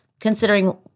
considering